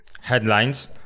headlines